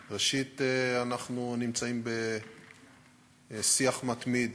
ראשית, אנחנו נמצאים בשיח מתמיד